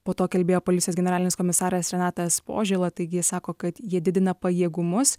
po to kalbėjo policijos generalinis komisaras renatas požėla taigi jis sako kad jie didina pajėgumus